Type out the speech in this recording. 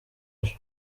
ejo